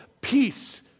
peace